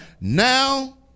Now